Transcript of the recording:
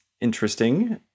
interesting